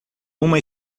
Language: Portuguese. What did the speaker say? uma